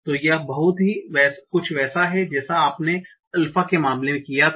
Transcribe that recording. तो यह बहुत कुछ वैसा ही है जैसा आपने अल्फ़ा के मामले में किया था